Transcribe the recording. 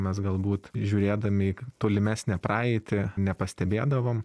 mes galbūt žiūrėdami į tolimesnę praeitį nepastebėdavom